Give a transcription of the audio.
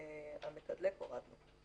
של המתדלק הורדנו.